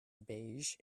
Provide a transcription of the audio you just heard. beige